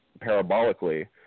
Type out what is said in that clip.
parabolically